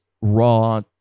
raw